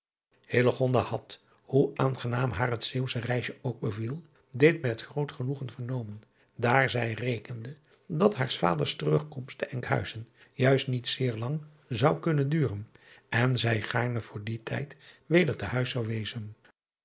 had hoe aangenaam haar het eeuwsche reisje ook beviel dit met groot genoegen vernomen daar zij rekende dat haars vaders terugkomst te nkhuizen juist niet zeer lang zou kunnen duren en zij gaarne vr dien tijd weder te huis zou wezen